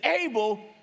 able